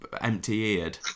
empty-eared